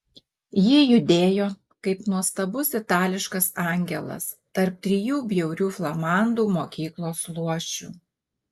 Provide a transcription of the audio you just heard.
ji judėjo kaip nuostabus itališkas angelas tarp trijų bjaurių flamandų mokyklos luošių